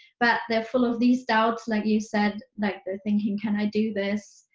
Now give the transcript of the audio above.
but they're full of these doubts, like you said. like, they're thinking, can i do this?